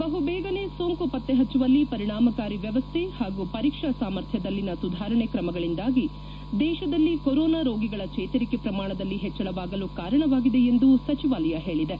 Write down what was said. ಬಹುಬೇಗನೆ ಸೋಂಕು ಪತ್ತೆ ಪಚ್ಚುವಲ್ಲಿ ಪರಿಣಾಮಕಾರಿ ವ್ಯವಸ್ಥೆ ಹಾಗೂ ಪರೀಕ್ಷಾ ಸಾಮರ್ಥ್ಯದಲ್ಲಿನ ಸುಧಾರಣೆ ಕ್ರಮಗಳಿಂದಾಗಿ ದೇಶದಲ್ಲಿ ಕೋರೊನಾ ರೋಗಿಗಳ ಚೇತರಿಕೆ ಪ್ರಮಾಣದಲ್ಲಿ ಹೆಚ್ಚಳವಾಗಲು ಕಾರಣವಾಗಿಎ ಎಂದು ಸಚಿವಾಲಯ ಹೇಳಿದೆ